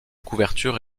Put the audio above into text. couvertures